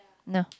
no